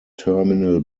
terminal